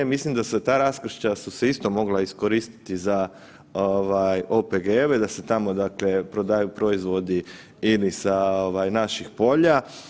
Mislim da se ta raskršća su se isto mogla iskoristiti za ovaj OPG-ove, da se tamo, dakle prodaju proizvodi ini sa ovaj naših polja.